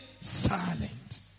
silent